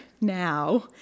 now